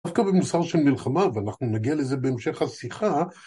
דווקא במוסר של מלחמה ואנחנו נגיע לזה בהמשך השיחה